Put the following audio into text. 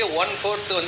one-fourth